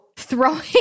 throwing